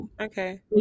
Okay